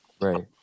right